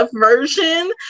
version